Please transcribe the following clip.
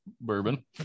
bourbon